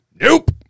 Nope